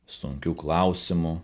sunkių klausimų